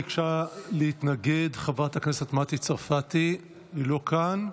ביקשה להתנגד חברת הכנסת מטי צרפתי, היא לא כאן.